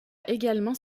également